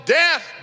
death